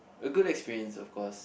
a good experience of course